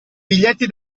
biglietti